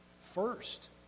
first